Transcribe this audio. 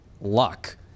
luck